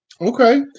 Okay